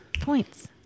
Points